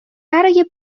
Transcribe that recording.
برای